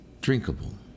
drinkable